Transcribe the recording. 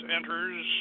enters